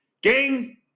Gang